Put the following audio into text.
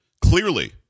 Clearly